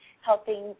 helping